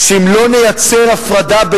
אני לא פחות ממך אוהב את ארץ-ישראל,